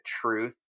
truth